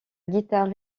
guitare